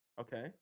Okay